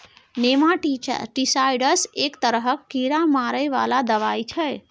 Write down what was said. nematicides एक तरहक कीड़ा मारै बला दबाई छै